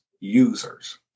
users